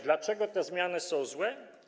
Dlaczego te zmiany są złe?